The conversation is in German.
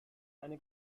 deine